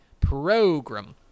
program